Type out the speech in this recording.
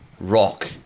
rock